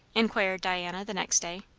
inquired diana the next day.